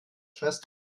schwester